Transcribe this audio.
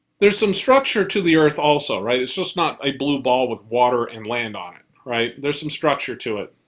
there's some structure to the earth also. it's just not a blue ball with water and land on it, right? there's some structure to it.